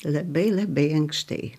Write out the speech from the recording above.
labai labai ankštai